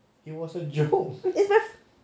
it's my